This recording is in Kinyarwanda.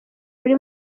uri